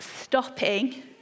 stopping